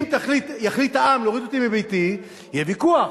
אם יחליט העם להוריד אותי מביתי, יהיה ויכוח.